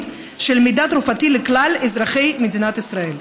של מידע תרופתי לכלל אזרחי מדינת ישראל.